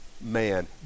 man